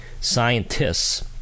scientists